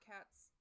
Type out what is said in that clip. Cats